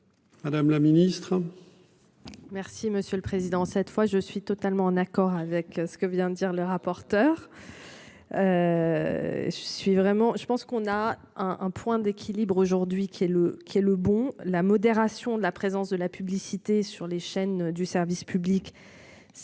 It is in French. Madame la Ministre. Merci Monsieur le Président. Cette fois, je suis totalement en accord avec. Que vient de dire le rapporteur. Je suis vraiment, je pense qu'on a un un point d'équilibre aujourd'hui qui est le qui a le bon la modération de la présence de la publicité sur les chaînes du service public. Ça fait partie